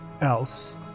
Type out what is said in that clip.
else